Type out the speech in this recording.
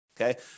Okay